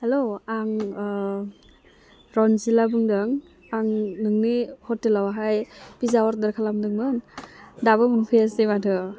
हेल' आं रनजिला बुदों आं नोंनि हटेलावहाय पिजा अर्डार खालोमदोंमोन दाबो मोनफैयासै माथो